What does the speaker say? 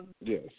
Yes